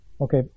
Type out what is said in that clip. Okay